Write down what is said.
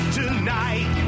tonight